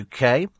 uk